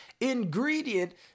ingredient